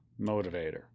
motivator